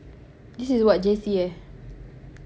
this is what J_C eh